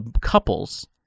couples